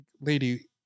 lady